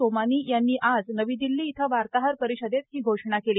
सोमानी यांनी आज नवी दिल्ली इथं वार्ताहर परिषदेत ही घोषणा केली